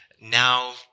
Now